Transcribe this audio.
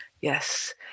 Yes